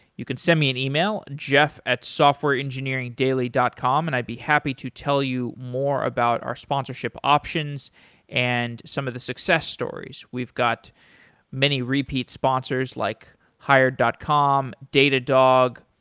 you could send me an email, jeff at softwareengineeringdaily dot com, and i'd be happy to tell you more about our sponsorship options and some of the success stories. we've got many repeat sponsors, like hired dot com, datadog,